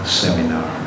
seminar